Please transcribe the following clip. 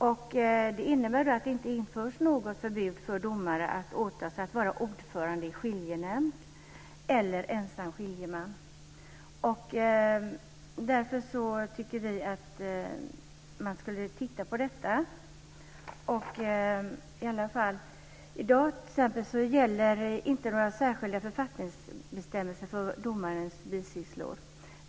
Förslaget innebär att det inte införs något förbud för domare att åta sig att vara ordförande i skiljenämnd eller ensam skiljeman. Därför tycker vi att man borde se över detta. I dag gäller inte några särskilda författningsbestämmelser för domares bisysslor.